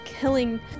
killing